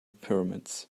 pyramids